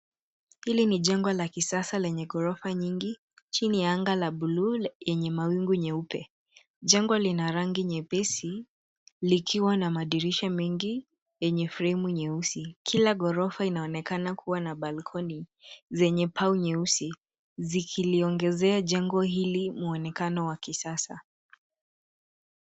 Hili ni jengo la kisasa lenye ghorofa nyingi chini ya anga la bluu yenye mawingu nyeupe. Jengo lina rangi nyepesi likiwa na madirisha mengi yenye fremu nyeusi. Kila gorofa inaonekana kuwa na balcony zenye pau nyeusi zikiliongezea jengo hili muonekano wa kisasa.